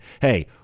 hey